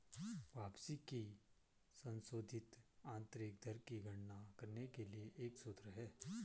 वापसी की संशोधित आंतरिक दर की गणना करने के लिए एक सूत्र है